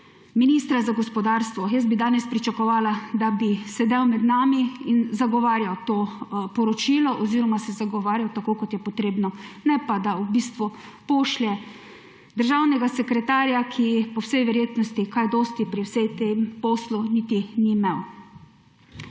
ministra za gospodarstvo. Jaz bi danes pričakovala, da bi sedel med nami in zagovarjal to poročilo oziroma se zagovarjal tako, kot je treba. Ne pa da v bistvu pošlje državnega sekretarja, ki po vsej verjetnosti kaj dosti pri vsem tem poslu niti ni imel.